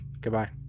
goodbye